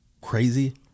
crazy